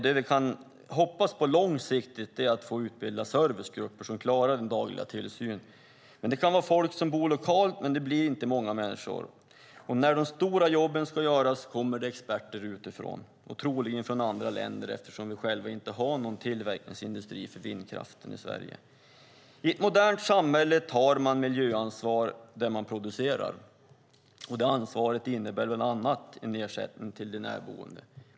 Det vi kan hoppas på långsiktigt är att vi kan utbilda servicegrupper som klarar den dagliga tillsynen. Det kan vara folk som bor lokalt, men det blir inte många människor. När de stora jobben ska göras kommer det experter utifrån, troligen från andra länder eftersom vi själva inte har någon tillverkningsindustri för vindkraften i Sverige. I ett modernt samhälle tar man miljöansvar där man producerar, och det ansvaret innebär bland annat en ersättning till de närboende.